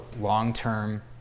long-term